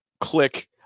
click